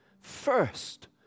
first